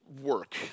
work